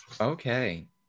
okay